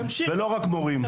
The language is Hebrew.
ולא רק מורים.